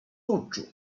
oczu